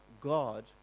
God